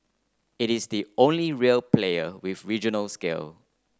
it is the only real player with regional scale